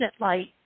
Light